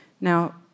Now